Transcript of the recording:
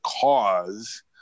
cause